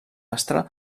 astre